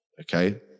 Okay